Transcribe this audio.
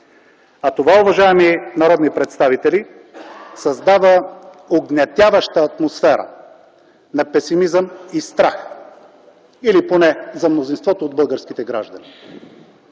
а това, уважаеми народни представители, създава угнетяваща атмосфера на песимизъм и страх или поне за мнозинството от българските граждани.